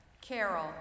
Carol